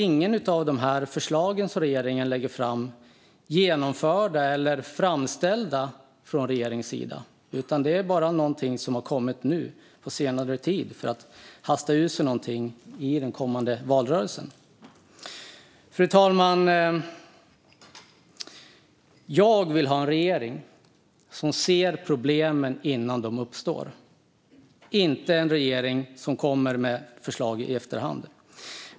Inget av de förslag som regeringen nu lägger fram är ju genomfört eller utrett, utan det handlar bara om att hasta fram något för den kommande valrörelsen. Fru talman! Jag vill ha en regering som ser problemen innan de uppstår, inte en regering som kommer med förslag i efterhand.